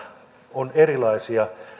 on erilaisia